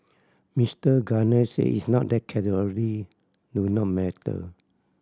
Mister Gardner said it's not that do not matter